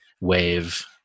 wave